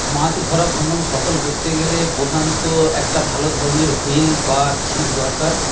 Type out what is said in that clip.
মাছ ধরা ভ্রমণ সফল করতে গেলে প্রধানত একটা ভালো ধরনের হুইল বা ছিপ দরকার